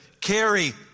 carry